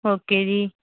okay ਜੀ